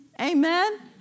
Amen